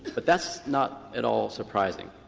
but that's not at all surprising,